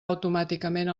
automàticament